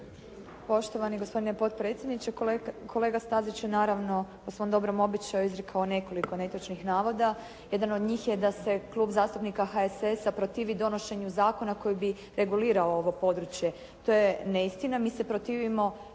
Poštovani gospodine potpredsjedniče, kolega Stazić je naravno po svom dobrom običaju izrekao nekoliko netočnih navoda. Jedan od njih je da se Klub zastupnika HSS-a protivi donošenju zakona koji bi regulirao ovo područje. To je neistina. Mi se protivimo